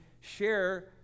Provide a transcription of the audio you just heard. share